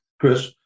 Chris